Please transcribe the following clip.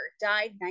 died